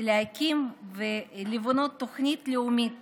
להקים ולבנות תוכנית לאומית